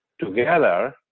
together